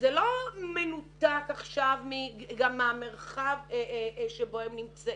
זה לא מנותק עכשיו מהמרחב בו הם נמצאים.